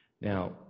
now